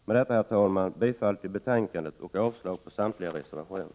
Med detta, herr talman, yrkar jag bifall till hemställan i betänkandet och avslag på samtliga reservationer.